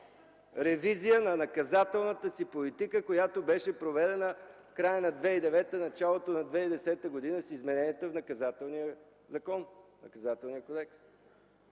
ревизия на наказателната си политика, която беше проведена в края на 2009 - началото на 2010 година с измененията в наказателния закон – Наказателният кодекс.